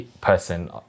person